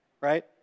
right